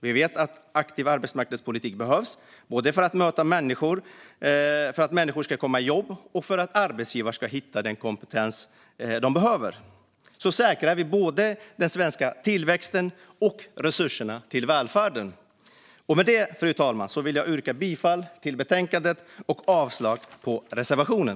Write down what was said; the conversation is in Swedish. Vi vet att aktiv arbetsmarknadspolitik behövs både för att människor ska komma i jobb och för att arbetsgivare ska hitta den kompetens de behöver. Så säkrar vi både den svenska tillväxten och resurserna till välfärden. Med det, fru talman, vill jag yrka bifall till förslaget i betänkandet och avslag på reservationen.